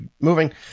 moving